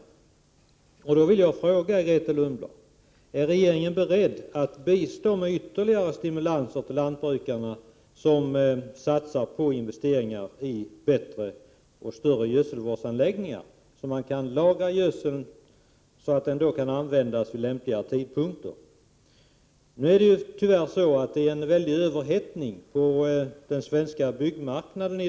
Grethe Lundblad, är regeringen beredd att bistå med ytterligare stimulanser för de lantbrukare som satsar på investeringar i bättre och större gödselvårdsanläggningar? I dessa kan man lagra gödseln så att den sedan kan användas vid lämpliga tidpunkter. Det råder tyvärr i dag en mycket stor överhettning på den svenska byggmarknaden.